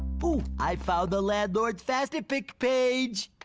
ooh, i found the landlord's fastapic page.